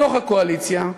מתוך הקואליציה,